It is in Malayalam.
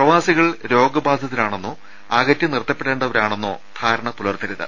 പ്രവാസികൾ രോഗ ബാധിതരാണെന്നോ അകറ്റിനിർത്തപ്പെടേണ്ടവരാണെന്നോ ധാരണ പുലർത്തരുത്